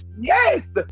yes